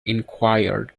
enquired